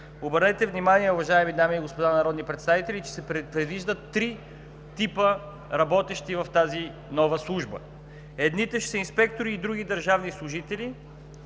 Обърнете внимание, уважаеми дами и господа народни представители, че се предвиждат три типа работещи в тази нова служба – едните ще са инспектори и други държавни служители